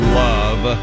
love